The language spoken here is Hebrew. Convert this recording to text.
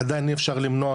עדיין אי אפשר למנוע,